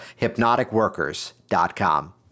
Hypnoticworkers.com